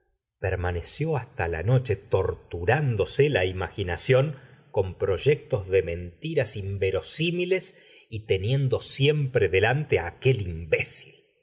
permaneció hasta la noche torturándose la imaginación con proyectos de mentiras inverosímiles y teniendo siempre delante aquel imbécil